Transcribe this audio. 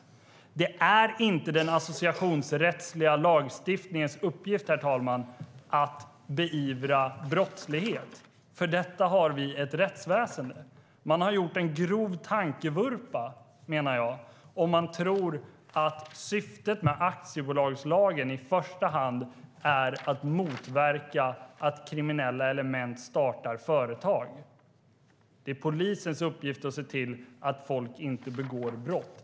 Det är inte den associationsrättsliga lagstiftningens uppgift, herr talman, att beivra brott. För detta har vi ett rättsväsen. Jag menar att man har gjort en grov tankevurpa om man tror att syftet med aktiebolagslagen i första hand är att motverka att kriminella element startar företag. Det är polisens uppgift att se till att folk inte begår brott.